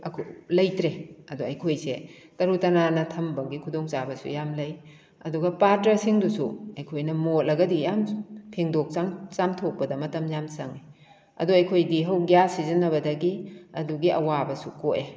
ꯂꯩꯇ꯭ꯔꯦ ꯑꯗꯣ ꯑꯩꯈꯣꯏꯁꯦ ꯇꯔꯨ ꯇꯅꯥꯟꯅ ꯊꯝꯕꯒꯤ ꯈꯨꯗꯣꯡ ꯆꯥꯕꯁꯨ ꯌꯥꯝ ꯂꯩ ꯑꯗꯨꯒ ꯄꯥꯇ꯭ꯔꯁꯤꯡꯗꯨꯁꯨ ꯑꯩꯈꯣꯏꯅ ꯃꯣꯠꯂꯒꯗꯤ ꯌꯥꯝ ꯐꯦꯡꯗꯣꯛ ꯆꯥꯝꯊꯣꯛꯄꯗ ꯃꯇꯝ ꯌꯥꯝ ꯆꯪꯏ ꯑꯗꯣ ꯑꯩꯈꯣꯏꯗꯤ ꯍꯧꯖꯤꯛ ꯒ꯭ꯌꯥꯁ ꯁꯤꯖꯤꯟꯅꯕꯗꯒꯤ ꯑꯗꯨꯒꯤ ꯑꯋꯥꯕꯁꯨ ꯀꯣꯛꯑꯦ